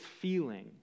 feeling